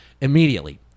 immediately